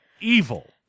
evil